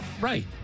Right